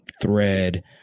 thread